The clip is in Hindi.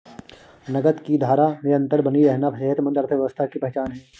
नकद की धारा निरंतर बनी रहना सेहतमंद अर्थव्यवस्था की पहचान है